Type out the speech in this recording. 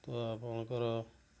ତ ଆପଣଙ୍କର